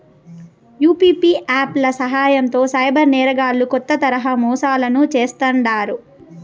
UPI app ల సాయంతో cyber నేరగాల్లు కొత్త తరహా మోసాలను చేస్తాండారు